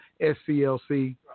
SCLC